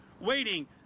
waiting